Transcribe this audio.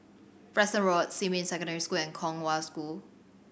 Preston Road Xinmin Secondary School and Kong Hwa School